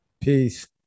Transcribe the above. Peace